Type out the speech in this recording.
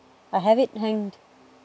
I have it hanged